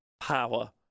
power